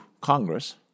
Congress